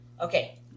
okay